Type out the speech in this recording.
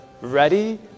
ready